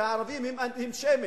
כי הערבים הם שמים,